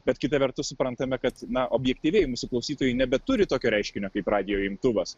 bet kita vertus suprantame kad na objektyviai mūsų klausytojai nebeturi tokio reiškinio kaip radijo imtuvas